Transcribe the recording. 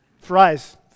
Fries